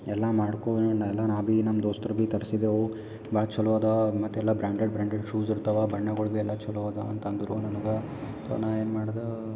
ಎಲ್ಲ ಮಾಡ್ಕೊಂಡು ಎಲ್ಲ ನಾ ಬಿ ನಮ್ಮ ದೋಸ್ತರ್ ಬಿ ತರ್ಸಿದೆವು ಭಾಳ್ ಚಲೋ ಅದವ ಮತ್ತೆಲ್ಲ ಬ್ರ್ಯಾಂಡೆಡ್ ಬ್ರ್ಯಾಂಡೆಡ್ ಶೂಸ್ ಇರ್ತವ ಬಣ್ಣಗಳ್ ಬಿ ಎಲ್ಲ ಚಲೋ ಅದಾವ ಅಂತಂದರು ನನಗೆ ತೊ ನಾನು ಏನು ಮಾಡ್ದೆ